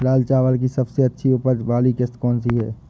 लाल चावल की सबसे अच्छी उपज वाली किश्त कौन सी है?